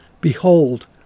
Behold